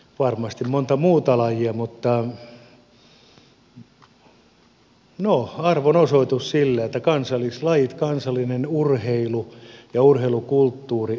varmasti monta muuta lajia mutta no arvon osoitus sille että kansallislajit kansallinen urheilu ja urheilukulttuuri on meille todellakin tärkeää